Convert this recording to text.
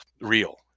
real